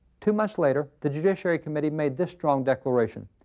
two months later, the judiciary committee made this strong declaration.